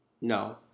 No